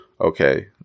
okay